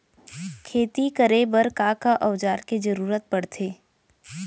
खेती करे बर का का औज़ार के जरूरत पढ़थे?